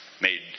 made